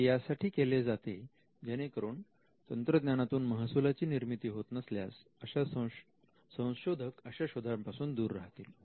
हे यासाठी केले जाते जेणेकरून तंत्रज्ञानातून महसुलाची निर्मिती होत नसल्यास संशोधक अशा शोधा पासून दूर राहतील